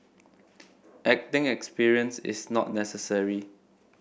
acting experience is not necessary